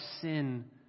sin